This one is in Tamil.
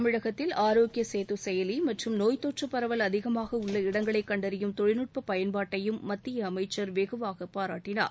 தமிழகத்தில் ஆரோக்கிய சேது செயலி மற்றும் நோய்த்தொற்று பரவல் அதிகமாக உள்ள இடங்களை கண்டறியும் தொழில்நுட்ப பயன்பாட்டையும் மத்திய அமைச்சர் வெகுவாக பாராட்டினார்